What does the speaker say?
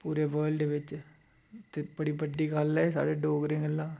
पूरे वर्ल्ड बिच्च ते बड़ी बड्डी गल्ल ऐ एह् साढ़ै डोगरे गल्ला